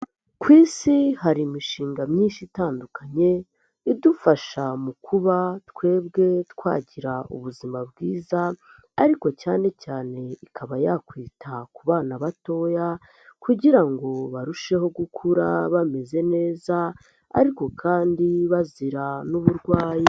Ku isi hari imishinga myinshi itandukanye idufasha mu kuba twebwe twagira ubuzima bwiza, ariko cyane cyane ikaba yakwita ku bana batoya kugira ngo barusheho gukura, bameze neza, ariko kandi bazira n'uburwayi.